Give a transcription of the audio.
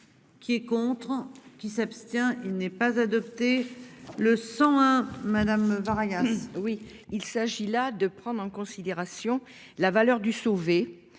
Qui est contre qui s'abstient. Il n'est pas adopté le sang hein madame variable. Oui. Il s'agit là de prendre en considération la valeur du sauver